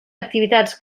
activitats